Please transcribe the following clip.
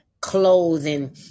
clothing